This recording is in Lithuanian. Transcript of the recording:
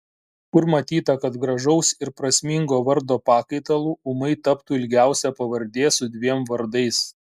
kur matyta kad gražaus ir prasmingo vardo pakaitalu ūmai taptų ilgiausia pavardė su dviem vardais